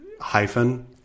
hyphen